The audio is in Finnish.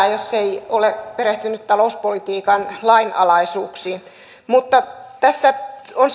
ei ole perehtynyt talouspolitiikan lainalaisuuksiin tässä keskustelussa on